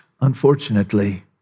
unfortunately